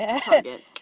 Target